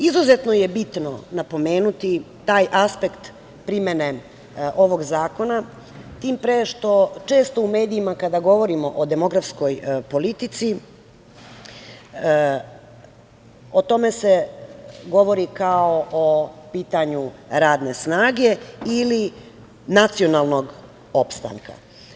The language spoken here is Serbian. Izuzetno je bitno napomenuti taj aspekt primene ovog zakona, tim pre što često u medijima kada govorimo o demografskoj politici, o tome se govori kao o pitanju radne snage ili nacionalnog opstanka.